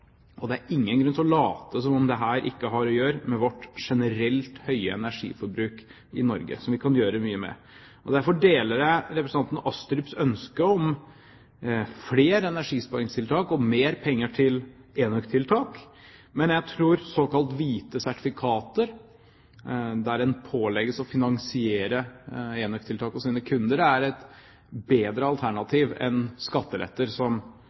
Tyskland. Det er ingen grunn til å late som om dette ikke har å gjøre med vårt generelt høye energiforbruk i Norge, som vi kan gjøre mye med. Derfor deler jeg representanten Astrups ønske om flere energisparingstiltak og mer penger til enøktiltak. Men jeg tror at såkalt hvite sertifikater, der man pålegges å finansiere enøktiltak hos sine kunder, er et bedre alternativ enn skatteletter, som